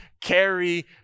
carry